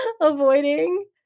avoiding